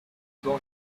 going